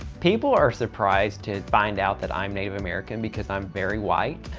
people are surprised to find out that i'm native american because i'm very white,